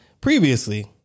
previously